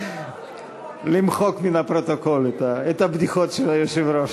למחוק מן הפרוטוקול את הבדיחות של היושב-ראש.